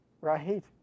right